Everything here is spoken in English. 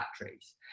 batteries